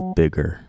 bigger